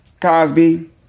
Cosby